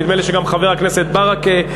נדמה לי שגם חבר הכנסת ברכה,